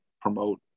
promote